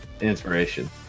inspiration